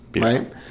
right